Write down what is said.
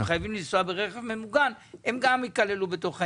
חייבים לנסוע ברכב ממוגן הם גם ייכללו בתוך העניין.